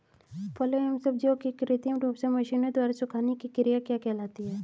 फलों एवं सब्जियों के कृत्रिम रूप से मशीनों द्वारा सुखाने की क्रिया क्या कहलाती है?